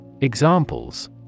Examples